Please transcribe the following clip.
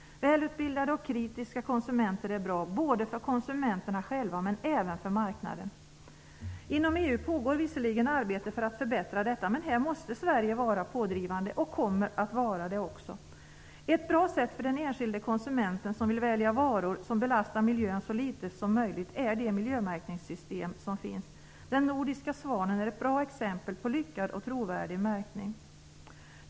Välutbildade och kritiska konsumenter är bra, både för konsumenterna själva och för marknaden. Inom EU pågår visserligen arbete för att förbättra detta, men här måste Sverige vara pådrivande och kommer också att vara det. Ett bra sätt för den enskilde konsumenten som vill välja varor som belastar miljön så litet som möjligt är de miljömärkningssystem som finns. Den nordiska svanen är ett bra exempel på lyckad och trovärdig märkning.